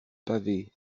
pavé